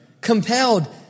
compelled